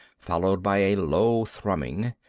followed by a low thrumming.